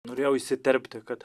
norėjau įsiterpti kad